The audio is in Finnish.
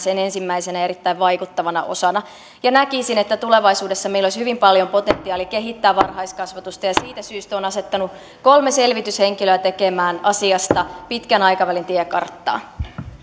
sen ensimmäisenä ja erittäin vaikuttavana osana näkisin että tulevaisuudessa meillä olisi hyvin paljon potentiaalia kehittää varhaiskasvatusta ja siitä syystä olen asettanut kolme selvityshenkilöä tekemään asiasta pitkän aikavälin tiekarttaa